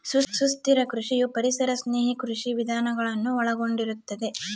ಸುಸ್ಥಿರ ಕೃಷಿಯು ಪರಿಸರ ಸ್ನೇಹಿ ಕೃಷಿ ವಿಧಾನಗಳನ್ನು ಒಳಗೊಂಡಿರುತ್ತದೆ